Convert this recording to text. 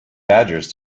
badgers